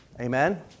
Amen